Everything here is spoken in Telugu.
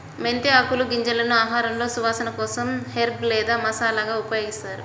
మెంతి ఆకులు, గింజలను ఆహారంలో సువాసన కోసం హెర్బ్ లేదా మసాలాగా ఉపయోగిస్తారు